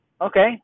Okay